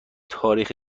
تاریخ